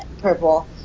Purple